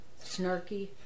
Snarky